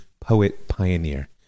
poet-pioneer